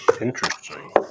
Interesting